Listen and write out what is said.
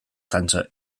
center